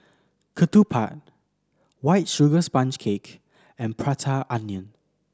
ketupat White Sugar Sponge Cake and Prata Onion